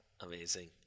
Amazing